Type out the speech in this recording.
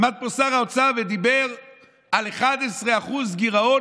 עמד פה שר האוצר ודיבר על 11% גירעון,